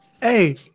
Hey